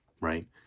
right